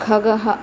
खगः